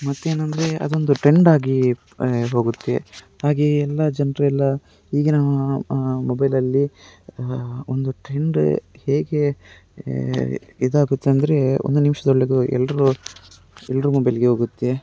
ಮತ್ತೇನಂದರೆ ಅದೊಂದು ಟ್ರೆಂಡಾಗಿ ಹೋಗುತ್ತೆ ಹಾಗೆಯೇ ಎಲ್ಲ ಜನರೆಲ್ಲ ಈಗಿನ ಮೊಬೈಲಲ್ಲಿ ಒಂದು ಟ್ರೆಂಡ್ ಹೇಗೆ ಇದಾಗುತ್ತೆ ಅಂದರೆ ಒಂದು ನಿಮಿಷದೊಳಗೆ ಎಲ್ರ ಎಲ್ರ ಮೊಬೈಲ್ಗೆ ಹೋಗುತ್ತೆ